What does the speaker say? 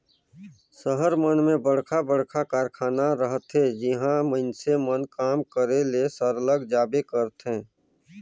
सहर मन में बड़खा बड़खा कारखाना रहथे जिहां मइनसे मन काम करे ले सरलग जाबे करथे